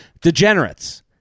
degenerates